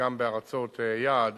וגם בארצות יעד